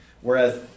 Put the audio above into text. Whereas